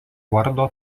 vardo